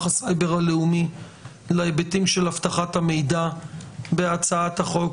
הסייבר הלאומי להיבטים של אבטחת המידע בהצעת החוק,